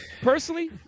personally